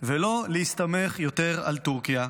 ולא להסתמך יותר על טורקיה.